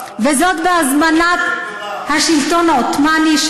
וזאת בהזמנת השלטון העות'מאני,